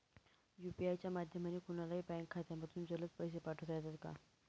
UPI च्या माध्यमाने कोणलाही बँक खात्यामधून जलद पैसे पाठवता येतात का?